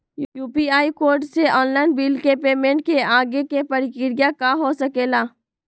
UPI code से online bill payment के आगे के प्रक्रिया का हो सके ला?